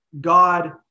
God